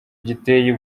giteye